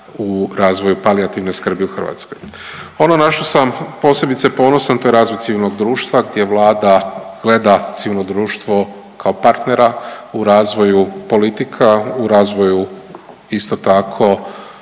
u razvoj palijativne skrbi u Hrvatskoj. Ono na što sam posebice ponosan to je razvoj civilnog društva gdje Vlada gleda civilno društvo kao partnera u razvoju politika, u razvoju isto tako